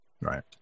right